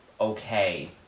okay